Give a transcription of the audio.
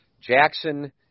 Jackson